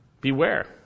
Beware